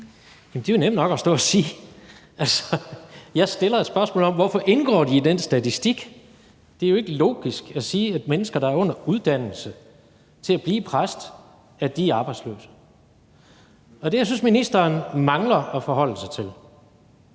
(KD): Det er jo nemt nok at stå og sige. Jeg stiller et spørgsmål om, hvorfor de indgår i den statistik. Det er jo ikke logisk at sige, at mennesker, der er under uddannelse til at blive præster, er arbejdsløse. Det, jeg synes ministeren mangler at forholde sig til,